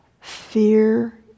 fear